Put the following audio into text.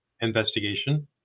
investigation